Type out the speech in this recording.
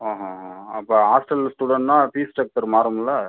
ஆ ஹான் அப்போ ஹாஸ்ட்டல் ஸ்டூடெண்ட்ன்னா ஃபீஸ் ஸ்டக்ச்சர் மாறும்ல